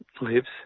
lives